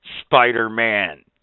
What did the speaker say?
Spider-Man